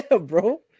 bro